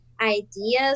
ideas